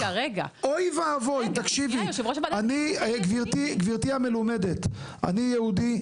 אוי ואבוי תקשיבי, גברתי המלומדת, אני יהודי,